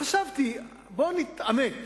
חשבתי, בואו נתעמת.